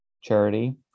charity